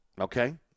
okay